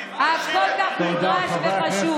הפעולה הכל-כך נדרש וחשוב.